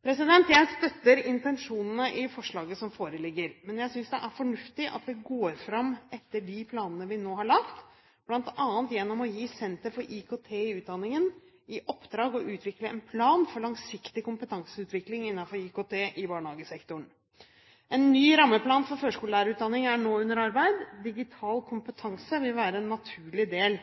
Jeg støtter intensjonene i det foreslaget som foreligger, men jeg synes det er fornuftig at vi går fram etter de planene vi nå har lagt, bl.a. gjennom å gi Senter for IKT i utdanningen i oppdrag å utvikle en plan for langsiktig kompetanseutvikling innenfor IKT i barnehagesektoren. En ny rammeplan for førskolelærerutdanningen er nå under arbeid. Digital kompetanse vil være en naturlig del